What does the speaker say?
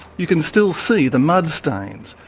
you can still see the mud stains,